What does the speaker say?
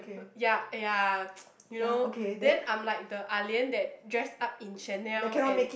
ya !aiya! you know then I'm like the Ah Lian that dress up in Chanel and